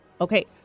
Okay